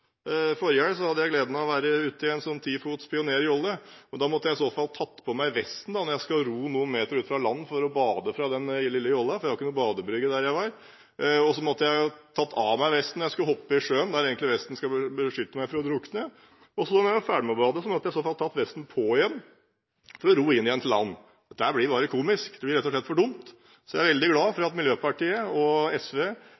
Forrige helg hadde jeg gleden av å være ute i en ti fots Pioner jolle. Med vestpåbud måtte jeg ha tatt på meg vesten for å ro noen meter ut fra land for å bade fra den lille jolla, for det var ingen badebrygge der jeg var. Så måtte jeg ha tatt av meg vesten da jeg skulle hoppe i sjøen – vesten skal egentlig beskytte meg fra å drukne. Da jeg var ferdig med å bade, måtte jeg ha tatt vesten på igjen for å ro inn igjen til land. Dette blir bare komisk – det blir rett og slett for dumt. Så jeg er veldig glad